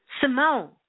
Simone